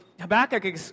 Habakkuk